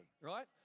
right